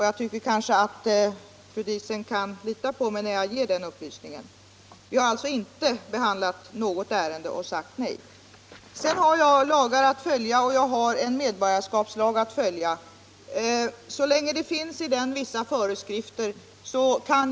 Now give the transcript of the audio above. Jag tycker nog att fru Diesen kan lita på mig när jag lämnar den upplysningen. Jag har att följa medborgarskapslagen.